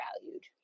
valued